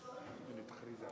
נתקבלה.